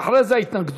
ואחרי זה ההתנגדות,